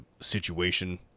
situation